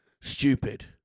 stupid